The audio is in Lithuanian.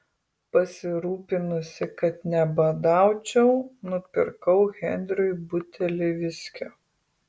pasirūpinusi kad nebadaučiau nupirkau henriui butelį viskio